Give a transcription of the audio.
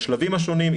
על שלביו השונים,